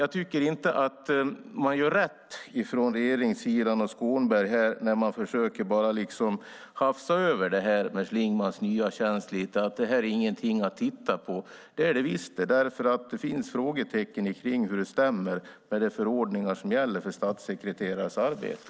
Jag tycker inte att regeringssidan och Skånberg gör rätt när man försöker hafsa över det här med Schlingmanns nya tjänst och hävda att det inte är något att titta på. Det är det visst! Det finns frågetecken kring hur detta stämmer med de förordningar som gäller för statssekreterares arbete.